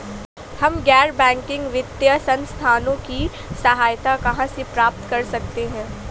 हम गैर बैंकिंग वित्तीय संस्थानों की सहायता कहाँ से प्राप्त कर सकते हैं?